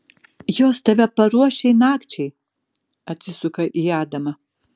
jos tave paruoš šiai nakčiai atsisuka į adamą